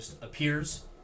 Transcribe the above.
appears